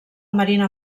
marina